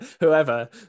whoever